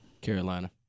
Carolina